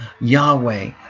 Yahweh